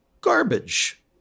Garbage